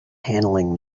handling